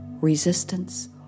resistance